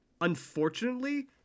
unfortunately